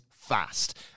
fast